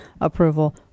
approval